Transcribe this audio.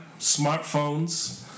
smartphones